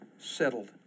settled